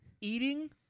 eating